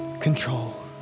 control